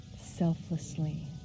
selflessly